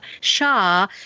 shah